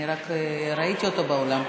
ראיתי אותו באולם.